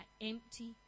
empty